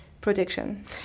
protection